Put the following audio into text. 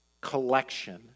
collection